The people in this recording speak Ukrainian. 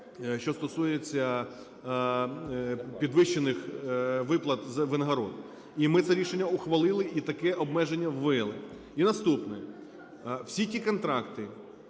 що стосуються підвищених виплат, винагород. І ми це рішення ухвалили і таке обмеження ввели. І наступне. Всі ті контракти